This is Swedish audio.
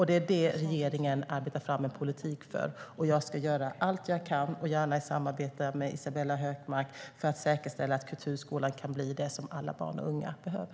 Det är detta regeringen arbetar fram en politik för, och jag ska göra allt jag kan, gärna i samarbete med Isabella Hökmark, för att säkerställa att kulturskolan blir det som alla barn och unga behöver.